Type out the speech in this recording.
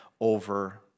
over